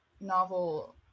novel